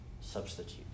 substitute